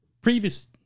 previous